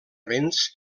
vents